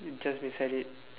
it's just beside it